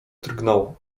drgnął